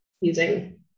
using